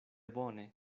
bone